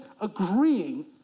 agreeing